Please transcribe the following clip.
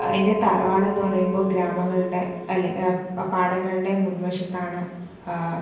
എൻ്റെ തറവാട് എന്ന് പറയുമ്പോൾ ഗ്രാമങ്ങളുടെ അല്ലേ പാടങ്ങളുടെ മുൻവശത്താണ്